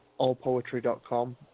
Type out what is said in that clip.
allpoetry.com